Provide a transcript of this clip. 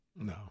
No